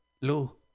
Lou